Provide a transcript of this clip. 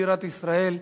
בירת ישראל,